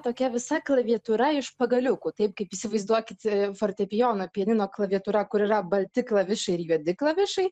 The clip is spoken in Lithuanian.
tokia visa klaviatūra iš pagaliukų taip kaip įsivaizduokit fortepijono pianino klaviatūra kur yra balti klavišai ir juodi klavišai